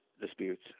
disputes